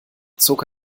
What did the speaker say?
zog